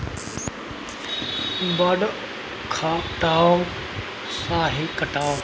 बड़ खटहा साफरी कटहड़ छौ